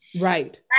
Right